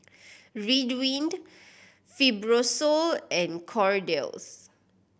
Ridwind Fibrosol and Kordel's